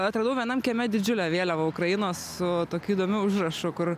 atradau vienam kieme didžiulę vėliavą ukrainos su tokiu įdomiu užrašu kur